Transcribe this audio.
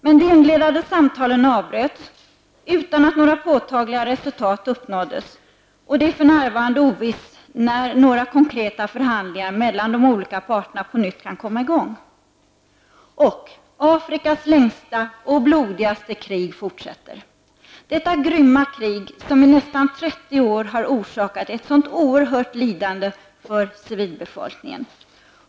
Men de inledande samtalen avbröts utan att några påtagliga resultat uppnåddes, och det är för närvarande ovisst när några konkreta förhandlingar mellan de olika parterna på nytt kan komma i gång. Afrikas längsta och blodigaste krig fortsätter -- detta grymma krig, som i nästan 30 år har orsakat ett sådant oerhört lidande för civilbefolkningen.